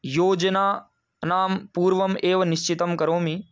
योजनानां पूर्वमेव निश्चितं करोमि